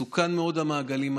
מסוכנים מאוד המעגלים האלה.